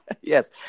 yes